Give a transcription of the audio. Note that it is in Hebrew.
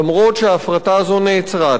אף שההפרטה הזאת נעצרה.